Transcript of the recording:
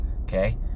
okay